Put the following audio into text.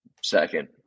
Second